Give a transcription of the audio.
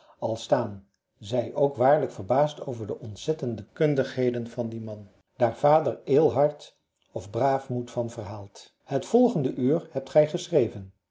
al staan zij ook waarlijk verbaasd over de ontzettende kundigheden van dien man daar vader eelhart of braafmoed van verhaalt het volgende uur hebt gij geschreven